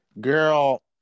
Girl